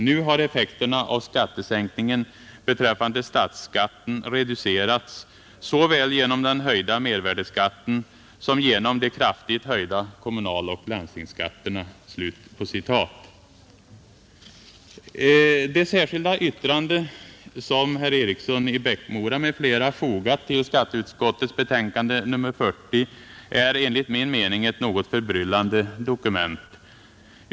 Nu har effekterna av skattesänkningen beträffande statsskatten reducerats såväl genom den höjda mervärdeskatten som genom de kraftigt höjda kommunaloch landstingsskatterna.” Det särskilda yttrande som herr Eriksson i Bäckmora m.fl. fogat till skatteutskottets betänkande nr 40 är enligt min mening ett något förbryllande dokument.